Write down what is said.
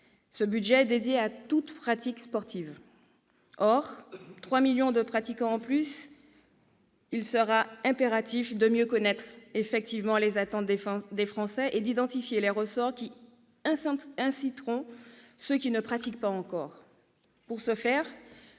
Ce budget est dédié à toutes les pratiques sportives. Or, pour avoir trois millions de pratiquants en plus, il sera impératif de mieux connaître les attentes des Français et d'identifier les ressorts qui inciteront ceux qui ne pratiquent pas encore. Pour ce faire,